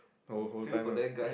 whole whole time lah